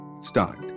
Start